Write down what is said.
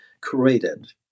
created